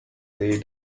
they